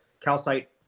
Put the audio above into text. calcite